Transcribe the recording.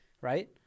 right